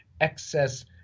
excess